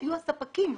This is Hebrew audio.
היו הספקים.